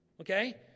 Okay